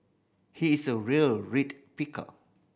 he is a real read picker